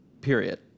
period